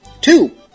Two